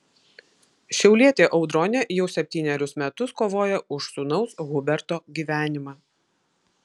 šiaulietė audronė jau septynerius metus kovoja už sūnaus huberto gyvenimą